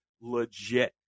legit